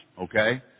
okay